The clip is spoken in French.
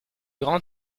grand